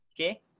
okay